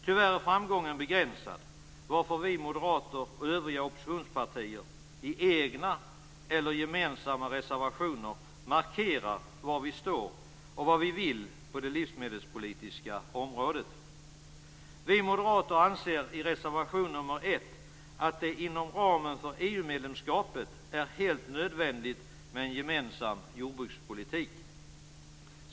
Tyvärr är framgången begränsad varför Moderaterna och övriga oppositionspartier i egna eller gemensamma reservationer markerar var vi står och vad vi vill på det livsmedelspolitiska området. Vi moderater anser i reservation nr 1 att det inom ramen för EU-medlemskapet är helt nödvändigt med en gemensam jordbrukspolitik.